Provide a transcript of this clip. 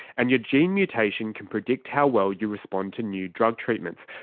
and your gene mutation can predict how well you respond to new drug treatments,